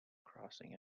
crossing